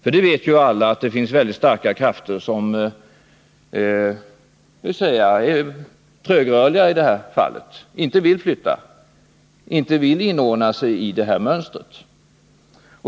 Alla vet ju att det finns väldigt starka krafter som är trögrörliga och som inte vill flytta eller inordna sig i mönstret.